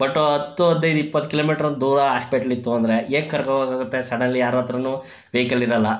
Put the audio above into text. but ಹತ್ತು ಹದಿನೈದು ಇಪ್ಪತ್ತು ಕಿಲೋಮೀಟ್ರಷ್ಟು ದೂರ ಹಾಸ್ಪೆಟ್ಲಿತ್ತು ಅಂದರೆ ಹೇಗ್ ಕರ್ಕೊಂಡು ಹೋಗೋಕಾಗುತ್ತೆ ಸಡನ್ಲಿ ಯಾರ ಹತ್ರನೂ ವೆಹಿಕಲಿರಲ್ಲ